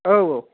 औ औ